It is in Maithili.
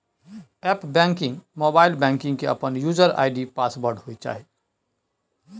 एप्प बैंकिंग, मोबाइल बैंकिंग के अपन यूजर आई.डी पासवर्ड होय चाहिए